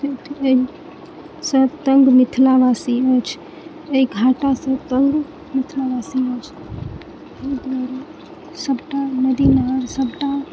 एहिसँ तंग मिथिलावासी अछि एहि घाटासँ तंग मिथिलावासी अछि सभटा नदी न सभटा